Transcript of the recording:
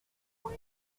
vous